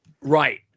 Right